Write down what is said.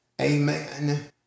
Amen